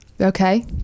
Okay